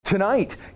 Tonight